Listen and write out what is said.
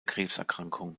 krebserkrankung